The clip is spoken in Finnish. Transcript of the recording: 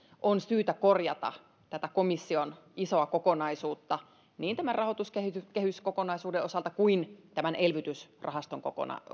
on syytä korjata tätä komission isoa kokonaisuutta niin rahoituskehyskokonaisuuden osalta kuin elvytysrahaston